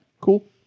Cool